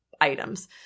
items